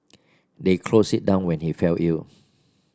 they closed it down when he fell ill